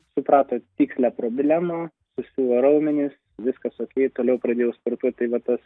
suprato tikslią problemą susiuvo raumenys viskas okei toliau pradėjau sportuot tai vat tas